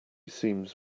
seems